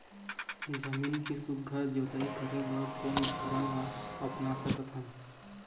जमीन के सुघ्घर जोताई करे बर कोन उपकरण ला अपना सकथन?